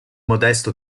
modesto